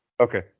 Okay